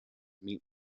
meet